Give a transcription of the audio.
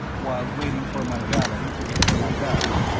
while waiting for my valet to prepare my bath,